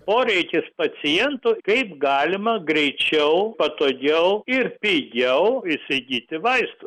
poreikis pacientų kaip galima greičiau patogiau ir pigiau įsigyti vaistų